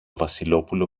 βασιλόπουλο